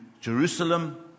Jerusalem